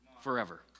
Forever